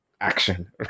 action